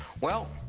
well,